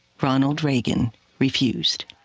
ronald reagan refused